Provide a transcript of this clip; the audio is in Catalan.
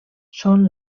són